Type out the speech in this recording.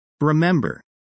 Remember